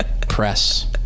press